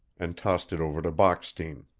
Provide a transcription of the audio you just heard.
and tossed it over to bockstein.